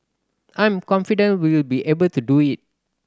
I'm confident we'll be able to do it